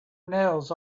nails